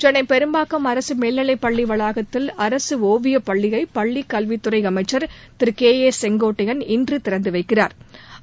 சென்னை பெரும்பாக்கம் அரசு மேல்நிலைப் பள்ளி வளாகத்தில் அரசு ஒவியப் பள்ளியை பள்ளிக்கல்வித் துறை அமைச்சா் திரு கே ஏ செங்கோட்டையன் இன்று திறந்து வைக்கிறாா்